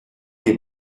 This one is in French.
les